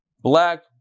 black